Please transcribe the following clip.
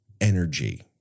energy